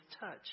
touch